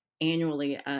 annually